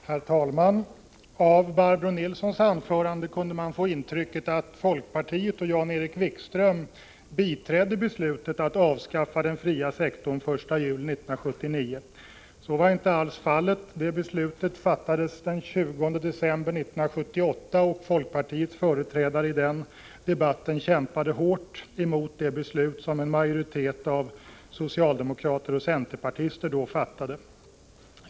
Herr talman! Av Barbro Nilssons anförande kunde man få det intrycket att folkpartiet och Jan-Erik Wikström biträdde beslutet att avskaffa den fria sektorn den 1 juli 1979. Så var inte alls fallet. Beslutet fattades den 20 december 1978, och folkpartiets företrädare i debatten kämpade hårt mot det beslut som en majoritet av socialdemokrater och centerpartister då fattade.